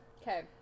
Okay